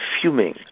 fuming